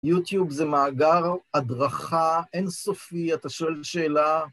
יוטיוב זה מאגר, הדרכה, אין סופי, אתה שואל שאלה...